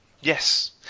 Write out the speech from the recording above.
yes